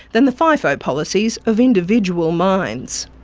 than the fifo policies of individual mines.